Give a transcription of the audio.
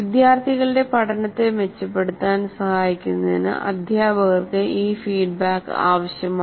വിദ്യാർത്ഥികളുടെ പഠനത്തെ മെച്ചപ്പെടുത്താൻ സഹായിക്കുന്നതിന് അധ്യാപകർക്ക് ഈ ഫീഡ്ബാക്ക് ആവശ്യമാണ്